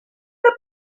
with